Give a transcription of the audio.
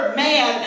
man